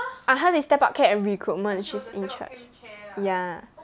uh hers is step up camp and recruitment she is in charge ya